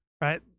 right